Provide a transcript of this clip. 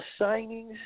signings